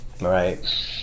Right